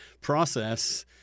process